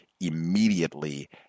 immediately